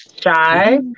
Shy